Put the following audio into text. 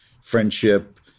friendship